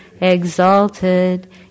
exalted